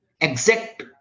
exact